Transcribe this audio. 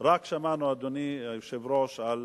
רק שמענו, אדוני היושב-ראש, על